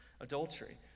adultery